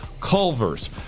Culver's